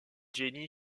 jenny